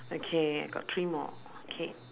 okay I got three more okay